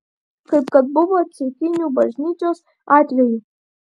kaip kad buvo ceikinių bažnyčios atveju